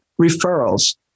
referrals